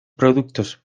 productos